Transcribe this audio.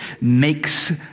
makes